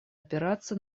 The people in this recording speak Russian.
опираться